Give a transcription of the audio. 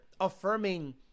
affirming